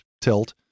tilt